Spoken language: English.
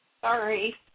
Sorry